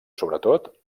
sobretot